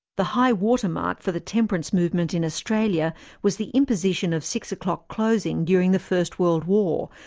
the high water mark for the temperance movement in australia was the imposition of six o'clock closing during the first world war,